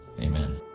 Amen